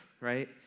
right